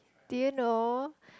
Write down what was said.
did you know